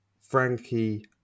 Frankie